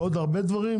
ועוד הרבה דברים.